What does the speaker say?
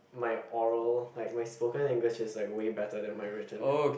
my oral like my spoken English is like really better than my written